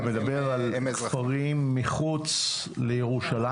אתה מדבר על כפרים מחוץ לירושלים?